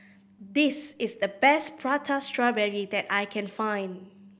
this is the best Prata Strawberry that I can find